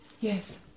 Yes